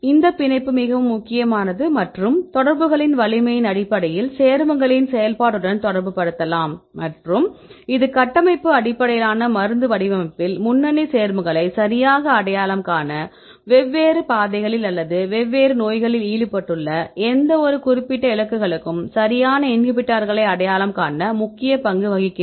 இந்த பிணைப்பு மிகவும் முக்கியமானது மற்றும் தொடர்புகளின் வலிமையின் அடிப்படையில் சேர்மங்களின் செயல்பாட்டுடன் தொடர்புபடுத்தலாம் மற்றும் இது கட்டமைப்பு அடிப்படையிலான மருந்து வடிவமைப்பில் முன்னணி சேர்மங்களை சரியாக அடையாளம் காண வெவ்வேறு பாதைகளில் அல்லது வெவ்வேறு நோய்களில் ஈடுபட்டுள்ள எந்தவொரு குறிப்பிட்ட இலக்குகளுக்கும் சரியான இன்ஹிபிட்டார்களை அடையாளம் காண முக்கிய பங்கு வகிக்கிறது